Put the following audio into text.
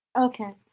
Okay